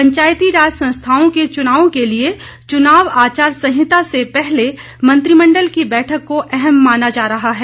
पंचायतीराज संस्थाओं के चुनावों के लिए चुनाव आचार संहिता से पहले मंत्रिमंडल की बैठक को अहम माना जा रहा है